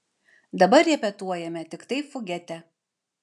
dabar repetuojame tiktai fugetę